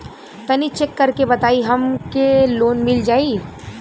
तनि चेक कर के बताई हम के लोन मिल जाई?